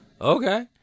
Okay